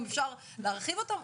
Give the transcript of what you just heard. גם אפשר להרחיב אותם,